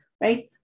right